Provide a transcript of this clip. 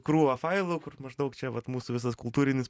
krūvą failų kur maždaug čia vat mūsų visas kultūrinis